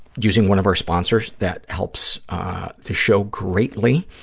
using one of our sponsors. that helps the show greatly.